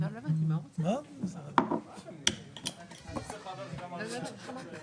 אנחנו יוצאים להפסקה.